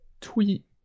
tweet